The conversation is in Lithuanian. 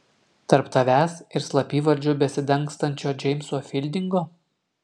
tarp tavęs ir slapyvardžiu besidangstančio džeimso fildingo